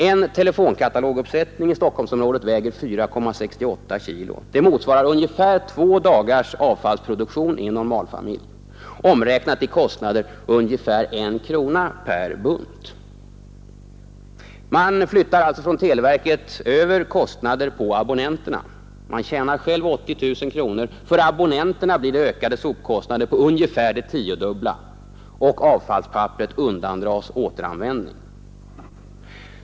En telefonkataloguppsättning i nisk utveckling nisk utveckling Stockholmsområdet väger 4,68 kg. Det motsvarar ungefär två dagars avfallsproduktion i en normalfamilj. Omräknat i sopkostnader blir det ungefär 1 krona per bunt. Man flyttar alltså från televerket över kostnader på abonnenterna. Man tjänar själv 80 000 kronor, men för abonnenterna blir det ökade sopkostnader på ungefär det tiodubbla och avfallspapperet undandras återanvändning.